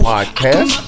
Podcast